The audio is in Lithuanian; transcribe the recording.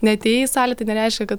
neatėjai į salę tai nereiškia kad